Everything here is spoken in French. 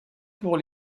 pour